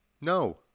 No